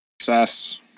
Success